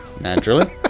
Naturally